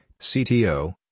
CTO